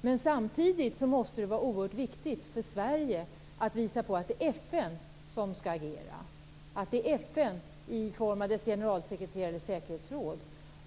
Men samtidigt måste det vara oerhört viktigt för Sverige att visa att det är FN som skall agera i form av sin generalsekreterare och sitt säkerhetsråd.